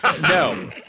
No